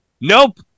Nope